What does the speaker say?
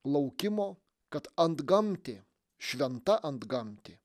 laukimo kad antgamtė šventa antgamtė